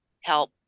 help